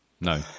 no